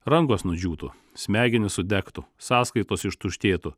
rankos nudžiūtų smegenys sudegtų sąskaitos ištuštėtų